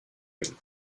and